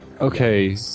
Okay